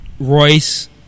Royce